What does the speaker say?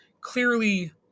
clearly